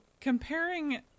comparing